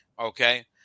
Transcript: okay